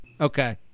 Okay